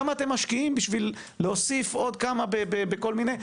כמה אתם משקיעים בשביל להוסיף עוד כמה בכל מיני מקומות?